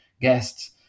guests